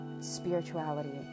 Spirituality